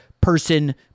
person